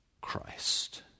Christ